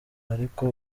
ariko